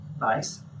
nice